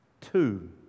Two